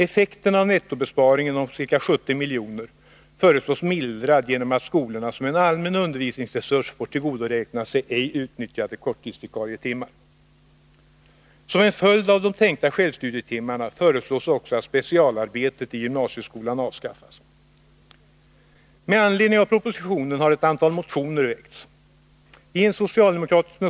Effekten av nettobesparingen om ca 70 milj.kr. föreslås mildrad genom att skolorna som en allmän undervisningsresurs får tillgodoräkna sig ej utnyttjade korttidsvikarietimmar. Som en följd av de tänkta självstudietimmarna föreslås också att specialarbetet i gymnasieskolan avskaffas. Med anledning av propositionen har ett antal motioner väckts.